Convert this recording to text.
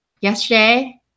yesterday